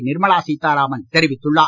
நிர்மலா சீத்தாராமன் தெரிவித்துள்ளார்